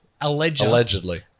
Allegedly